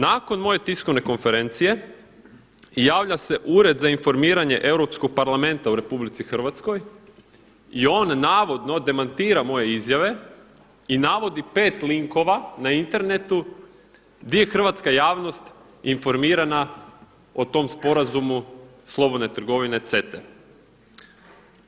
Nakon moje tiskovne konferencije javlja se Ured za informiranje Europskog parlamenta u RH i on navodno demantira moje izjave i navodi pet linkova na internetu di je hrvatska javnost informirana o tom sporazumu slobodne trgovine CETA-e.